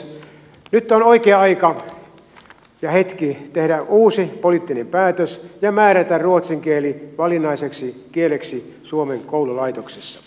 nyt on oikea aika ja hetki tehdä uusi poliittinen päätös ja määrätä ruotsin kieli valinnaiseksi kieleksi suomen koululaitoksessa